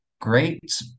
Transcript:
great